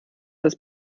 das